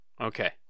Okay